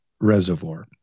reservoir